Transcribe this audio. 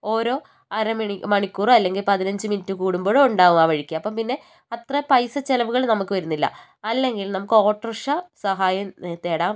ഓരോ അരമണിക്കൂർ അല്ലെങ്കിൽ പതിനഞ്ച് മിനിറ്റ് കൂടുമ്പോഴോ ഉണ്ടാകും ആ വഴിക്ക് അപ്പോൾ പിന്നെ അത്ര പൈസ ചിലവുകൾ നമുക്ക് വരുന്നില്ല അല്ലെങ്കിൽ നമുക്ക് ഓട്ടോറിക്ഷ സഹായം തേടാം